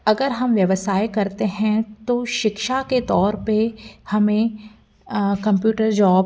अगर हम व्यवसाय करते हैं तो शिक्षा के तौर पर हमें कम्प्यूटर जॉब